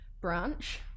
branch